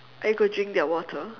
are you going to drink their water